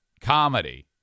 comedy